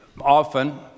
often